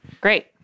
Great